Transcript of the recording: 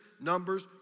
Numbers